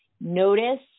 notice